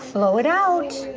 blow it out